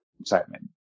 excitement